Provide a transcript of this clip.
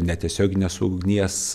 netiesioginės ugnies